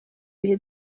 bihe